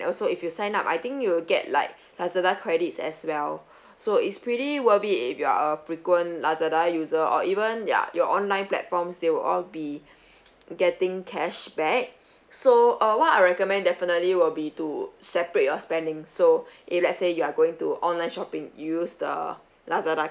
also if you sign up I think you will get like Lazada credits as well so it's pretty worth it if you are a frequent Lazada user or even ya your online platforms they will all be getting cashback so uh what I recommend definitely will be to separate your spending's so if let's say you are going to online shopping you use the Lazada